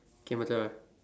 okay Macha